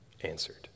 answered